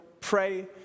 pray